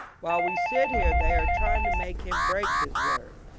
while we sit here they are trying to make him break his word.